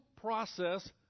process